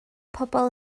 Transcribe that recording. pobol